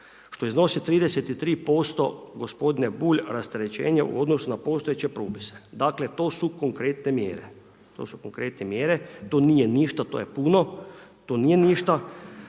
što iznosi 33%, gospodine Bulj, rasterećenje u odnosu na postojeće propise. Dakle to su konkretne mjere, to su konkretne mjere, to nije ništa, to je puno, to nije ništa.